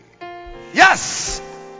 Yes